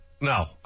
No